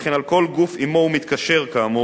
וכן על כל גוף שעמו הוא מתקשר כאמור,